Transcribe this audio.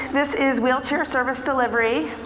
this is wheelchair service delivery.